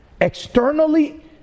externally